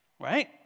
right